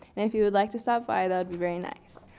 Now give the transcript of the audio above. if you would like to stop by that very nice.